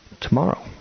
tomorrow